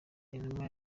intumwa